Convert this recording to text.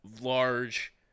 large